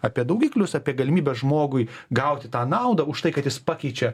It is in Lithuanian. apie daugiklius apie galimybę žmogui gauti tą naudą už tai kad jis pakeičia